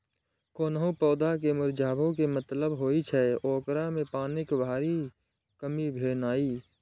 कोनो पौधा के मुरझाबै के मतलब होइ छै, ओकरा मे पानिक भारी कमी भेनाइ